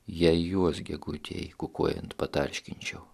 jei juos gegutei kukuojant patarškinčiau